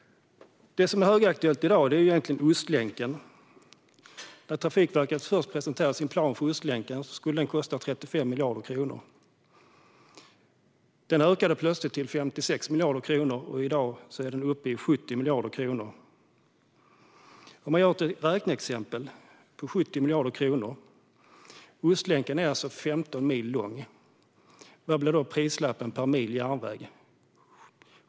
Det som är högaktuellt i dag är Ostlänken. När Trafikverket först presenterade sin plan för Ostlänken skulle den kosta 35 miljarder kronor. Sedan ökade priset plötsligt till 56 miljarder kronor, och i dag är det uppe i 70 miljarder kronor. Jag ska göra ett räkneexempel. Ostlänken är alltså 15 mil lång. Vad blir då priset per mil järnväg?